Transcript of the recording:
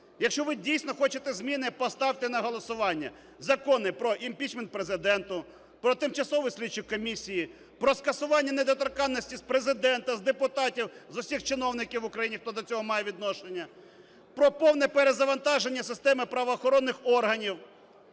Якщо ви дійсно хочете зміни, поставте на голосування закони про імпічмент Президенту, про тимчасові слідчі комісії, про скасування недоторканності з Президента, з депутатів, з усіх чиновників в Україні, хто до цього має відношення, про повне перезавантаження системи правоохоронних органів.